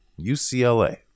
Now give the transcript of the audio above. UCLA